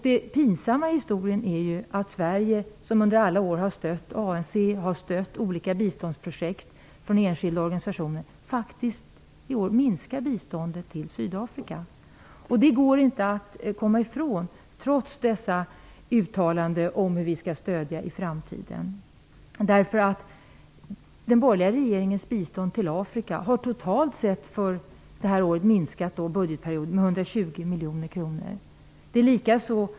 Det pinsamma i historien är ju att Sverige, som under alla år har stött ANC och olika biståndsprojekt i enskilda organisationer, i år faktiskt minskar biståndet till Sydafrika. Det går inte att komma ifrån, trots dessa uttalanden om hur vi skall ge stöd i framtiden. Den borgerliga regeringens bistånd till Afrika har totalt sett minskat med 120 miljoner kronor den här budgetperioden.